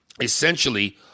Essentially